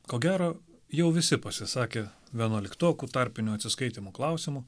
ko gero jau visi pasisakė vienuoliktokų tarpinių atsiskaitymų klausimu